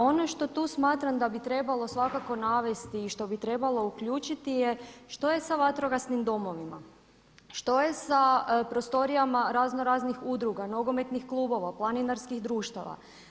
Ono što tu smatram da bi trebalo svakako navesti i što bi trebalo uključiti je što je sa vatrogasnim domovima, što je sa prostorijama razno raznih udruga, nogometnih klubova, planinarskih društava.